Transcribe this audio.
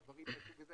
או דברים מהסוג הזה,